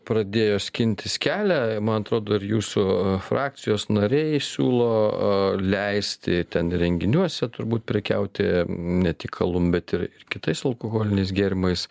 pradėjo skintis kelią man atrodo ir jūsų frakcijos nariai siūlo leisti ten renginiuose turbūt prekiauti ne tik kalumbėt ir kitais alkoholiniais gėrimais